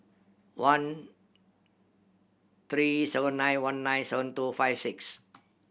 one three seven nine one nine seven two five six